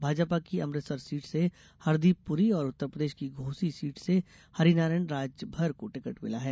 पंजाब की अमृतसर सीट से हरदीप पुरी और उत्तरप्रदेश की घोसी सीट से हरिनारायण राजभर को टिकट मिला है